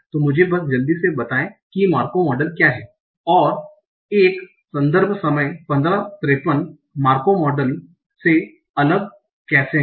तो मुझे बस जल्दी से बताएं कि मार्कोव मॉडल क्या है और एक संदर्भ समय 1553 मार्कोव मॉडल मार्कोव मॉडल से अलग कैसे है